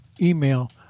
email